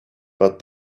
but